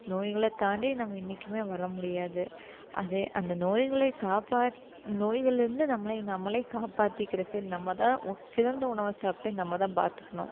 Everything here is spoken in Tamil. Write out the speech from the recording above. நோய்களை தாண்டி நம்ம என்னைக்கும் வர முடியாது அது அந்த நோய்களை நோய்கள்லலேருந்து நம்மளை நம்மளே காப்பாத்திக்கிறதுக்கு நம்மதான் சிறந்த உணவை சாப்பிட்டு நம்மதான் பார்த்துக்கணும்